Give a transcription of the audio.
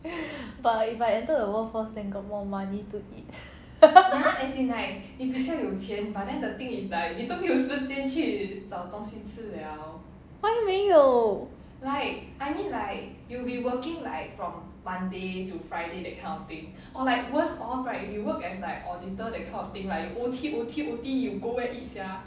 but if I enter the workforce then got more money to eat why 没有